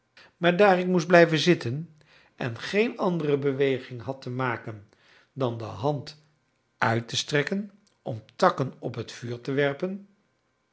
maar daar ik moest blijven zitten en geen andere beweging had te maken dan de hand uit te strekken om takken op het vuur te werpen